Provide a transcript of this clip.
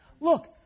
Look